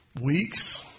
weeks